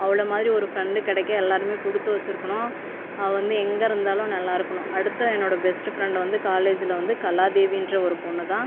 அவளை மாதிரி ஒரு ஃப்ரண்ட் கிடைக்க எல்லாருமே கொடுத்து வச்சிருக்கணும் அவள் வந்து எங்கே இருந்தாலும் நல்லா இருக்கணும் அடுத்த என்னோட பெஸ்ட் ஃப்ரண்ட் வந்து காலேஜில் வந்து கலாதேவின்ற ஒரு பொண்ணு தான்